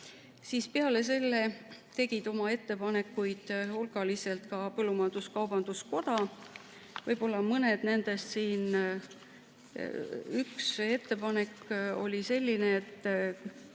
Peale selle tegi oma ettepanekuid hulgaliselt ka põllumajandus-kaubanduskoda. Võib-olla mõned nendest siin. Üks ettepanek oli selline: